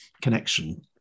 connection